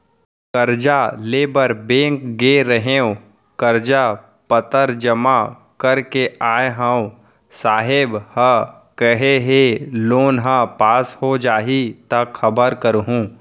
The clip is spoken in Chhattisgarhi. करजा लेबर बेंक गे रेहेंव, कागज पतर जमा कर के आय हँव, साहेब ह केहे हे लोन ह पास हो जाही त खबर करहूँ